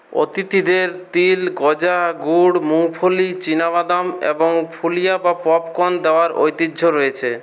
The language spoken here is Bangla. অতিথিদের তিল গজা গুড় মুংফলি চিনাবাদাম এবং ফুলিয়া বা পপকর্ন দেওয়ার ঐতিহ্য রয়েছে